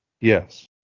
Yes